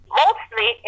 mostly